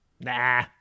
Nah